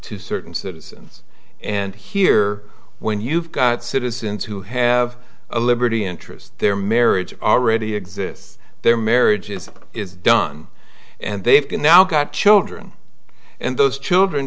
to certain citizens and here when you've got citizens who have a liberty interest their marriage already exists their marriages is done and they've now got children and those children